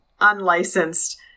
unlicensed